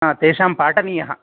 हा तेषां पाठनीयः